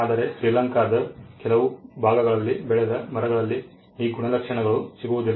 ಆದರೆ ಶ್ರೀಲಂಕಾದ ಕೆಲವು ಭಾಗಗಳಲ್ಲಿ ಬೆಳೆದ ಮರಗಳಲ್ಲಿ ಈ ಗುಣಲಕ್ಷಣಗಳು ಸಿಗುವುದಿಲ್ಲ